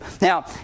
Now